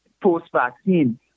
post-vaccine